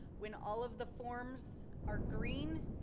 when all of the forms are green,